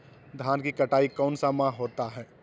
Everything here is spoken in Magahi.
धान की कटाई कौन सा माह होता है?